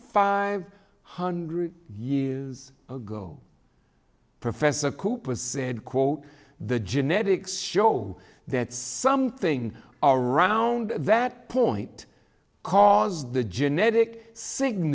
five hundred years ago professor cooper said quote the genetics show that something around that point caused the genetic